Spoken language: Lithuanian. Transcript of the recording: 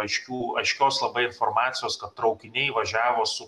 aiškių aiškios informacijos kad traukiniai važiavo su